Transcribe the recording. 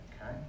okay